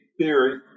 theory